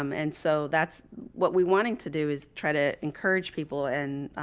um and so that's what we wanting to do is try to encourage people and,